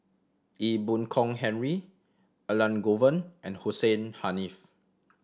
Ee Boon Kong Henry Elangovan and Hussein Haniff